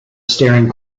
staring